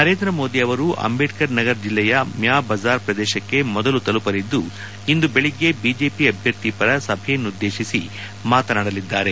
ನರೇಂದ್ರ ಮೋದಿ ಅವರು ಅಂಬೇಡ್ಕರ್ ನಗರ್ ಜಿಲ್ಲೆಯ ಮ್ಯಾ ಬಜ್ತಾರ್ ಪ್ರದೇಶಕ್ಕೆ ಮೊದಲು ತಲುಪಲಿದ್ದು ಇಂದು ಬೆಳಗ್ಗೆ ಬಿಜೆಪಿ ಅಭ್ಯರ್ಥಿ ಪರ ಸಭೆಯನ್ನುದ್ದೇಶಿಸಿ ಮಾತನಾಡಲಿದ್ದಾರೆ